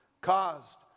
caused